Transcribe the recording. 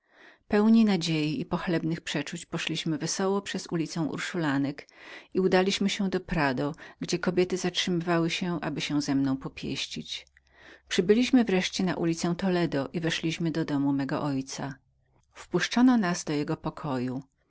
rozkochać pełni nadziei i pochlebnych przeczuć poszliśmy wesoło przez ulicę urszulinek i udaliśmy się do prado gdzie kobiety zatrzymywały się aby się ze mną popieścić przybyliśmy wreszcie na ulicę toledo i weszliśmy do domu mego ojca otworzono nam jego pokój